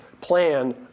plan